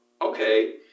okay